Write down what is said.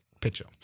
picture